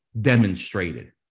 demonstrated